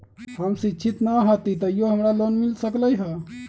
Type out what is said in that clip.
हम शिक्षित न हाति तयो हमरा लोन मिल सकलई ह?